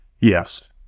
Yes